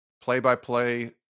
play-by-play